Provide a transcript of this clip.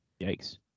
yikes